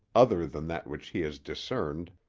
other than that which he has discerned,